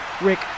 Rick